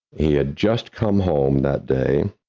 he had just come home that day,